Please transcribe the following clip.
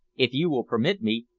if you will permit me,